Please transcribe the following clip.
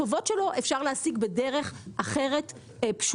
כתוב שבשל כך עלולה להיפגע התחרות בענף.